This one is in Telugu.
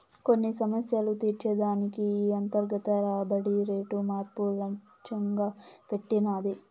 కొన్ని సమస్యలు తీర్చే దానికి ఈ అంతర్గత రాబడి రేటు మార్పు లచ్చెంగా పెట్టినది